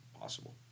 possible